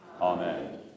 Amen